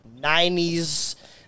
90s